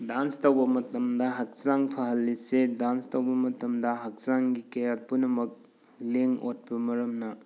dance ꯇꯧꯕ ꯃꯇꯝꯗ ꯍꯛꯆꯥꯡ ꯐꯍꯜꯂꯤꯁꯦ ꯗꯥꯟꯁ ꯇꯧꯕ ꯃꯇꯝꯗ ꯍꯛꯆꯥꯡꯒꯤ ꯀꯌꯥꯠ ꯄꯨꯝꯅꯃꯛ ꯂꯦꯡ ꯑꯣꯠꯄ ꯃꯔꯝꯅ